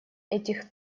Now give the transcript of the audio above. этих